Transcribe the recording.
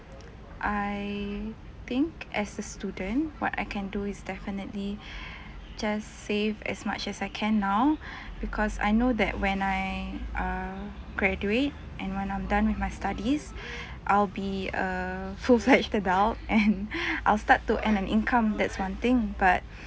I think as a student what I can do is definitely just save as much as I can now because I know that when I err graduate and when I'm done with my studies I'll be a full fledged adult and I'll start to earn an income that's one thing but